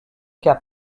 cas